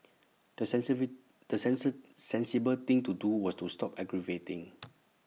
the sensibly the sensor sensible thing to do was to stop aggravating